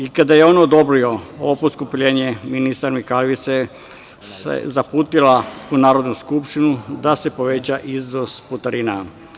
I kada je on odobrio ovo poskupljenje, ministar Mihajlović se zaputila u Narodnu skupštinu da se poveća iznos putarina.